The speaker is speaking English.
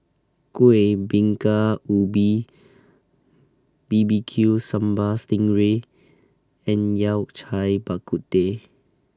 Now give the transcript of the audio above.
Kueh Bingka Ubi B B Q Sambal Sting Ray and Yao Cai Bak Kut Teh